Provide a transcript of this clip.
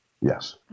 Yes